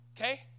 Okay